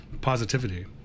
positivity